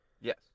Yes